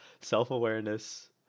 self-awareness